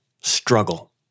struggle